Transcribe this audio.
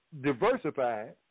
diversified